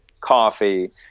coffee